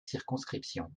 circonscription